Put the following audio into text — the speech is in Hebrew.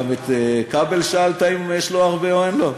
גם את כבל שאלת אם יש לו הרבה או אין לו,